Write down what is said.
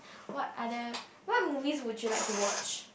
what other what movie would you like to watch